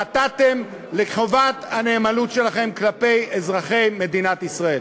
חטאתם לחובת הנאמנות שלכם כלפי אזרחי מדינת ישראל.